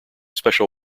special